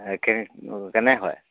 তাকেহে কেনে হয়